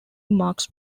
marks